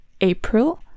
April